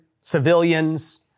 civilians